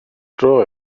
dro